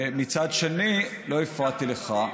מצד שני, לא הפרעתי לך.